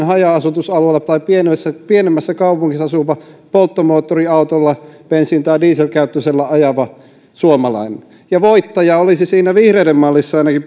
haja asutusalueella tai pienemmässä pienemmässä kaupungissa asuva polttomoottoriautolla bensiini tai dieselkäyttöisellä ajava suomalainen ja voittaja olisi siinä punavihreiden mallissa ainakin